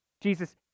Jesus